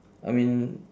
I mean